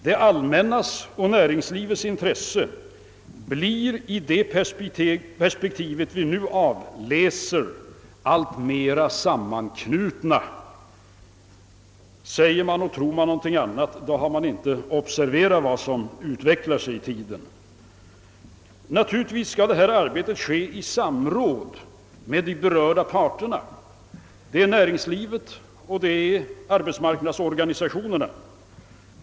Det allmännas och näringslivets intressen blir i det perpektiv vi nu avläser alltmer sammanknutna, Säger man och tror man någonting annat, då har man inte observerat vad som sker i tiden. Naturligtvis skall detta arbete ske i samråd med berörda parter — när ringslivet och arbetsmarknadsorganisationerna.